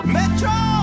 Metro